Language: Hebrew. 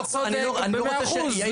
אתה צודק במאה אחוז.